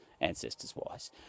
ancestors-wise